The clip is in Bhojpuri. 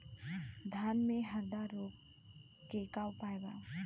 धान में हरदा रोग के का उपाय बा?